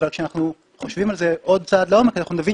אבל כשאנחנו חושבים על זה עוד צעד לעומק אנחנו נבין